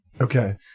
Okay